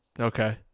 Okay